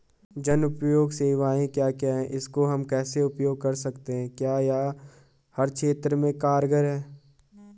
जनोपयोगी सेवाएं क्या क्या हैं इसको हम कैसे उपयोग कर सकते हैं क्या यह हर क्षेत्र में कारगर है?